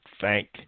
thank